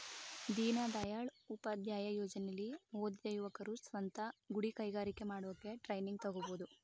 ದೀನದಯಾಳ್ ಉಪಾಧ್ಯಾಯ ಯೋಜನೆಲಿ ಓದಿದ ಯುವಕರು ಸ್ವಂತ ಗುಡಿ ಕೈಗಾರಿಕೆ ಮಾಡೋಕೆ ಟ್ರೈನಿಂಗ್ ತಗೋಬೋದು